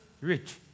rich